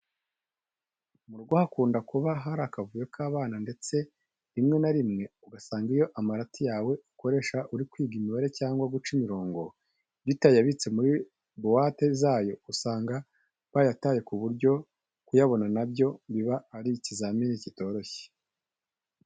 Mu rugo hakunda kuba hari akavuyo k'abana ndetse rimwe na rimwe ugasanga iyo amarati yawe ukoresha uri kwiga imibare cyangwa guca imirongo, iyo utayabitse muri buwate zayo, usanga bayataye, ku buryo kuyabona na byo biba ari ikizami kitoroshye.